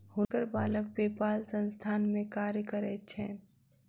हुनकर बालक पेपाल संस्थान में कार्य करैत छैन